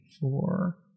four